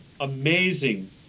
amazing